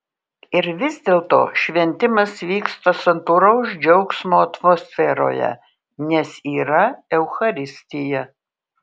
ir vis dėlto šventimas vyksta santūraus džiaugsmo atmosferoje nes yra eucharistija